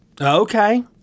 okay